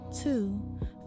Two